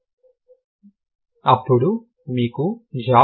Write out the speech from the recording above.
అప్పుడు మీకు ఝా ఉంది